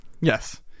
Yes